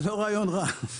זה לא רעיון רע.